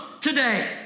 today